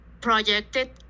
projected